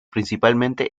principalmente